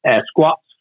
squats